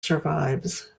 survives